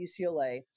UCLA